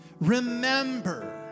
remember